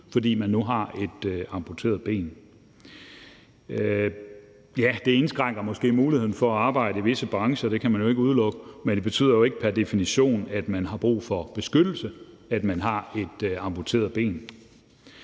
politisk forfulgt. Ja, det indskrænker måske muligheden for at arbejde i visse brancher, det kan man jo ikke udelukke, men det betyder jo ikke, at man pr. definition har brug for beskyttelse, hvis man har fået amputeret et